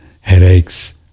headaches